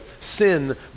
Sin